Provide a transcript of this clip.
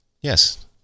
Yes